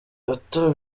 ata